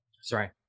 Sorry